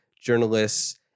journalists